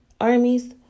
armies